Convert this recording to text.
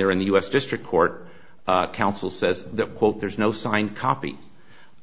they're in the u s district court counsel says that quote there's no signed copy